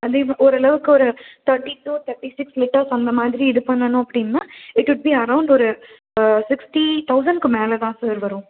வந்து இது ஓரளவுக்கு ஒரு தேட்டி டூ ர் தேட்டி சிக்ஸ் லிட்டர்ஸ் அந்த மாதிரி இது பண்ணணும் அப்படின்னால் இட் வில் பி அரவுண்ட் ஒரு சிக்ஸ்ட்டி தொளசண்ட்க்கு மேலேதான் சார் வரும்